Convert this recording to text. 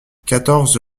quatorze